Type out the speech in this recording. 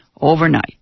overnight